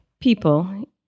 people